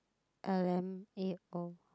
L_M_A_O